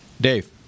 Dave